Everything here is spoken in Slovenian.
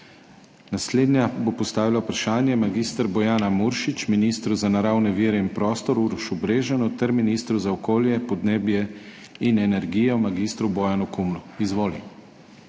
Naslednja bo postavila vprašanje mag. Bojana Muršič ministru za naravne vire in prostor Urošu Brežanu ter ministru za okolje, podnebje in energijo mag. Bojanu Kumru. Izvoli.